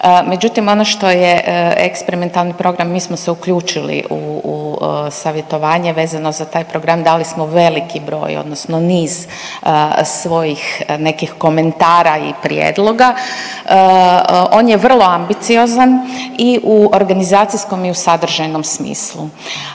Međutim ono što je eksperimentalni program, mi smo se uključili u, u savjetovanje vezano za taj program, dali smo veliki broj odnosno niz svojih nekih komentara i prijedloga. On je vrlo ambiciozan i u organizacijskom i u sadržajnom smislu.